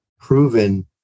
proven